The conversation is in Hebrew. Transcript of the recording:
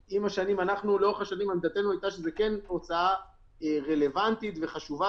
כשלאורך השנים עמדתנו הייתה שזה כן הוצאה רלוונטית וחשובה